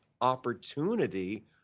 opportunity